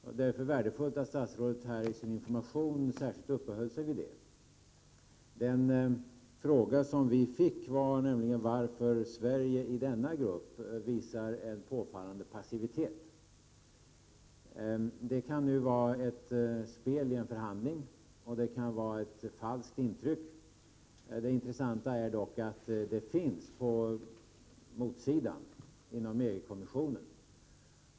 Därför är det värdefullt att statsrådet här i sin information särskilt uppehöll sig vid detta. Den fråga som vi fick var nämligen varför Sverige i denna grupp visar en påfallande passivitet. Det kan nu vara ett spel i en förhandling, och det kan vara ett falskt intryck. Det intressanta är dock att detta intryck finns på motsidan inom EG-kommissionen.